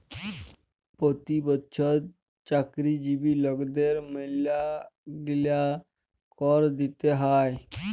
পতি বচ্ছর চাকরিজীবি লকদের ম্যালাগিলা কর দিতে হ্যয়